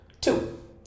Two